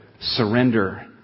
surrender